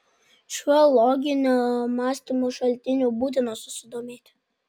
šiuo loginio mąstymo šaltiniu būtina susidomėti